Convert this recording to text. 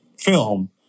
film